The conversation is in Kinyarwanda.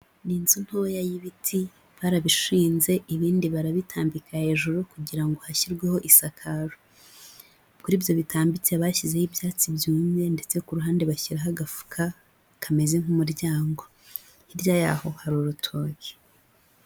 Ni inzu ntoya y'ibiti, barabishinze ibindi barabitambika hejuru kugira ngo hashyirweho isakaro, kuri ibyo bitambitse bashyizeho ibyatsi byumye ndetse ku ruhande bashyiraho agafuka kameze nk'umuryango, hirya yaho hari urutoki.